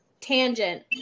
tangent